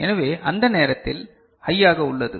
எனவே இது அந்த நேரத்தில் ஹையாக உள்ளது